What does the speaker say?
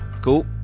Cool